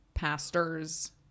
Pastors